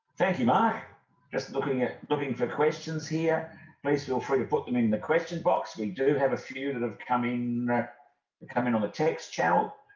thank you my just looking at looking for questions here please feel free to put them in the question box we do have a few that have coming and coming on the text channel